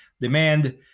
demand